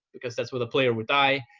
because that's where the player would die.